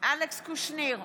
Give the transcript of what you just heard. אלכס קושניר,